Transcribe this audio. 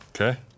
Okay